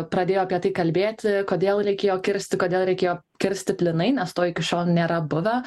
pradėjo apie tai kalbėti kodėl reikėjo kirsti kodėl reikėjo kirsti plynai nes to iki šiol nėra buvę